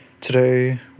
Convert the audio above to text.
Today